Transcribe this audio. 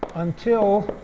until